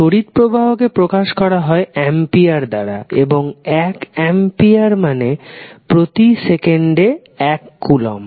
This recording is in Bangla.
তড়িৎ প্রবাহকে প্রকাশ করা হয় অ্যাম্পিয়ার দ্বারা এবং এক অ্যাম্পিয়ার মানে প্রতি সেকেন্ডে এক কুলম্ব